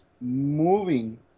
moving